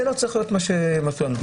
זה לא צריך להיות מה שמפריע לנו.